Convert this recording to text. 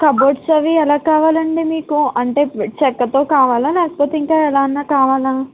cupboards అవి ఎలా కావాలండి మీకు అంటే చెక్కతో కావాలా లేకపోతే ఇంకా ఎలా అన్నా కావాలా